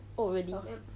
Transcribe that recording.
oh really